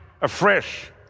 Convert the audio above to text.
afresh